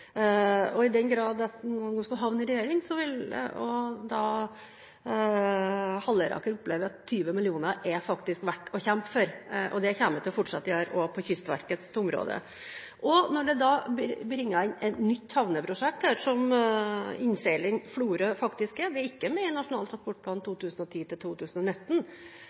Og i den grad han kan komme til å havne i regjering, vil nok Halleraker oppleve at 20 mill. kr faktisk er verdt å kjempe for. Det kommer jeg til å fortsette å gjøre, også på Kystverkets område. Så bringer representanten inn et nytt havneprosjekt her, noe innseiling Florø faktisk er. Det er ikke med i Nasjonal transportplan 2010–2019. Da vil 20 mill. kr komme godt med, både til